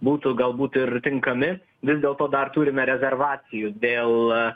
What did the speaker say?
būtų galbūt ir tinkami vis dėlto dar turime rezervacijų dėl